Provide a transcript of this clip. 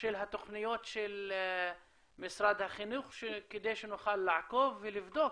של התוכניות של משרד החינוך כדי שנוכל לעקוב ולבדוק